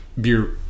beer